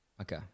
Okay